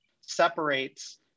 separates